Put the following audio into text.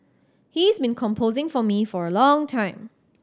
he's been composing for me for a long time